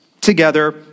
together